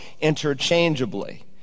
interchangeably